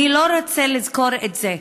אני לא רוצה לזכור את זה.